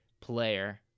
player